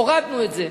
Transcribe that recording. הורדנו את זה.